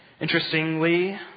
Interestingly